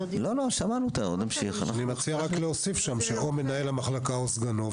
אני מציע להוסיף: או מנהל המחלקה או סגנו,